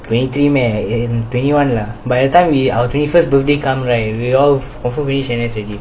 twenty three meh is twenty one lah by the time we our twenty first birthday come right we all also finish N_S already